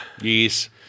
Yes